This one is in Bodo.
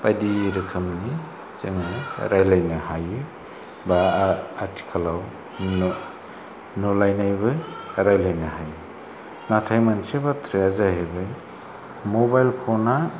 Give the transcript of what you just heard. बायदि रोखोमनि जोङो रायलायनो हायो बा आथिखालाव नुलायनायबो रायलायनो हायो नाथाय मोनसे बाथ्राया जाहैबाय मबाइल फनआ